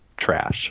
Trash